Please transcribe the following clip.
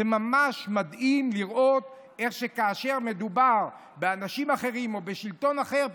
זה ממש מדהים לראות איך שכאשר מדובר באנשים אחרים או בשלטון אחר,